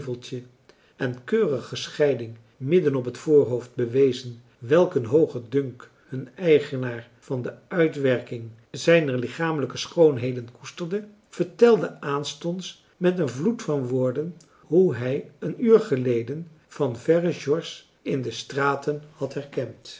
een drietal novellen scheiding midden op het voorhoofd bewezen welk een hoogen dunk hun eigenaar van de uitwerking zijner lichamelijke schoonheden koesterde vertelde aanstonds met een vloed van woorden hoe hij een uur geleden van verre george in de straten had herkend